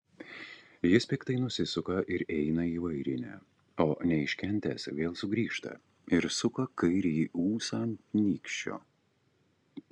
jis piktai nusisuka ir eina į vairinę o neiškentęs vėl sugrįžta ir suka kairįjį ūsą ant nykščio